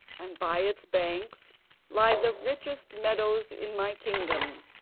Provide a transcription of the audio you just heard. and by its banks lie the richest meadows in my kingdom.